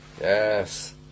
yes